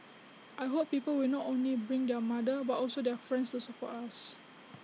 I hope people will not only bring their mother but also their friends to support us